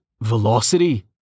velocity